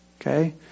okay